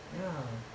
ya